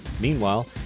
Meanwhile